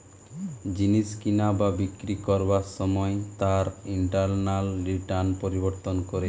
জিনিস কিনা বা বিক্রি করবার সময় তার ইন্টারনাল রিটার্ন পরিবর্তন করে